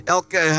Elke